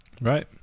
Right